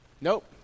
Nope